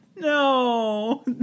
No